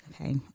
Okay